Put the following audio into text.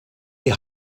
die